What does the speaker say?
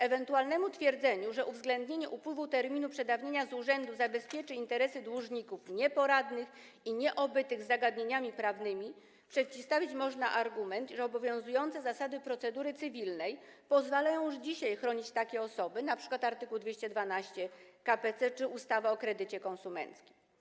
Ewentualnemu twierdzeniu, że uwzględnienie upływu terminu przedawnienia z urzędu zabezpieczy interesy dłużników nieporadnych i nieobytych z zagadnieniami prawnymi, przeciwstawić można argument, że obowiązujące zasady procedury cywilnej pozawalają już dzisiaj chronić takie osoby - np. art. 212 k.p.c. czy ustawa o kredycie konsumenckim.